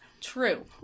True